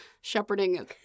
shepherding